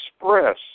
express